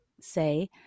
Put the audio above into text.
say